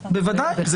בוודאי.